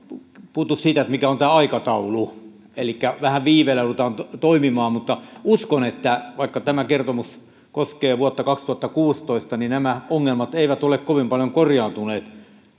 puhuttu siitä mikä on aikataulu elikkä vähän viiveellä joudutaan toimimaan mutta uskon että vaikka tämä kertomus koskee vuotta kaksituhattakuusitoista niin nämä ongelmat eivät ole kovin paljon korjaantuneet